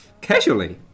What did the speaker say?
Casually